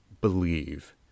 believe